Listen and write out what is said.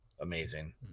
amazing